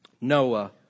Noah